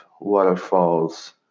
waterfalls